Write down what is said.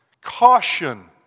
Caution